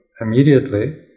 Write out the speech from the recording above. immediately